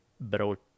brought